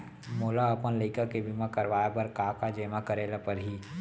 मोला अपन लइका के बीमा करवाए बर का का जेमा करे ल परही?